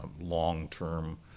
long-term